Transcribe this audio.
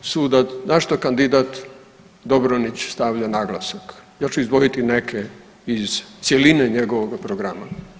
E sad, na što kandidat Dobronić stavlja naglasak, ja ću izdvojiti neke iz cjeline njegovog programa.